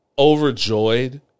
overjoyed